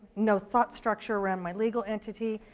no thought structure around my legal entity,